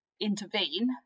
intervene